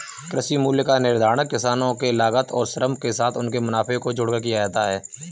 कृषि मूल्य का निर्धारण किसानों के लागत और श्रम के साथ उनके मुनाफे को जोड़कर किया जाता है